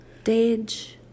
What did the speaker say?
stage